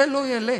זה לא ילך.